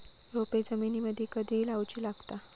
रोपे जमिनीमदि कधी लाऊची लागता?